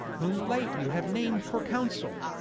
whom late you have nam'd for consul.